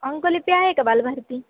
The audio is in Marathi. अंकलिपी आहे का बालभारती